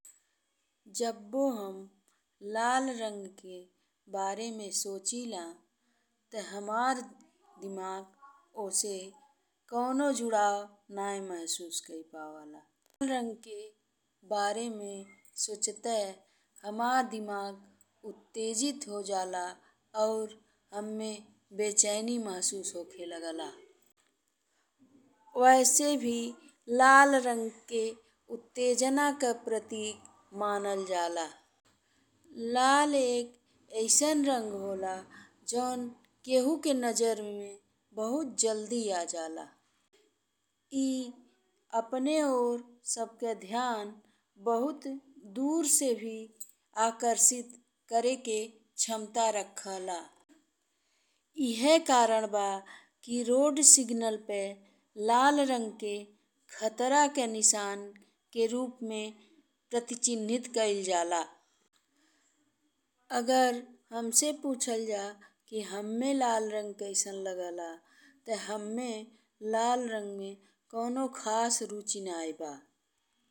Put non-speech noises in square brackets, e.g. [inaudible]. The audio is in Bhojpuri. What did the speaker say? [noise] जब्बो हम लाल रंग के बारे में सोचिला ते हमार दिमाग [noise] ओसे कऊनो जुड़ाव नहीं महसूस कई पवेला। लाल रंग के बारे में सोचते [noise] हमार दिमाग उत्तेजित हो जा ला और हममे बेचैनी महसूस होखे लागेला। [noise] वैसे भी लाल रंग के [noise] उत्तेजना के प्रतीक [noise] मानल जाला। लाल एक अइसन रंग होला जोन कउनो के नजर में बहुत जल्दी आ जाला। ए अपने ओर सबके ध्यान बहुत दूर से भी [noise] आकर्षित करेके क्षमता राखेला। [noise] एहे कारण बा कि रोड सिग्नल पे लाल रंग के खतरा के निशान के रूप में प्रतिचिह्नित कइल जाला। अगर हमसे पुछल जाए कि हममे लाल रंग कैसेन लगेला ते हममे लाल रंग में कऊनो खास रुचि नहीं बा।